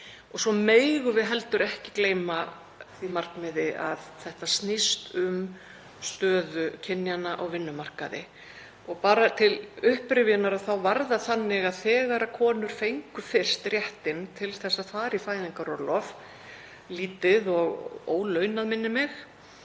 Við megum heldur ekki gleyma því markmiði að þetta snýst um stöðu kynjanna á vinnumarkaði. Bara til upprifjunar þá var það þannig að þegar konur fengu fyrst réttinn til að fara í fæðingarorlof, lítið og ólaunað, minnir mig,